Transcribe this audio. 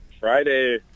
Friday